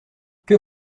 que